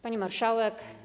Pani Marszałek!